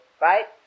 right